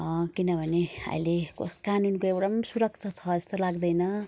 किनभने अहिले कस् कानुनको एउटा पनि सुरक्षा छ जस्तो लाग्दैन